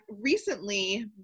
recently